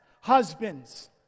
husbands